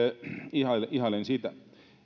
ihailen ihailen sitä